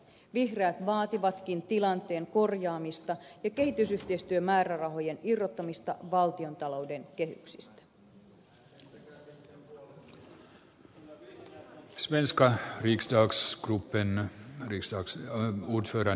vihreät vaativatkin tilanteen korjaamista ja kehitysyhteistyömäärärahojen irrottamista valtiontalouden kehyksistä